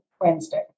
Wednesday